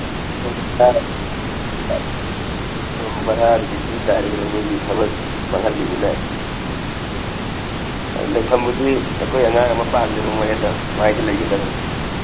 ꯎꯝ ꯕꯥꯔꯗꯨꯗꯤ ꯄꯤ ꯇꯥꯔꯦꯗꯅ ꯃꯤꯒꯤ ꯊꯕꯛ ꯃꯥꯡꯍꯜꯂꯤꯝꯃꯤꯅ ꯂꯩꯐꯝꯕꯨꯗꯤ ꯑꯩꯈꯣꯏ ꯑꯉꯥꯡ ꯑꯃ ꯄꯥꯜꯂꯦꯕ ꯃꯣꯔꯦꯗ ꯃꯥꯏꯗ ꯂꯩꯒꯗꯝꯅꯦ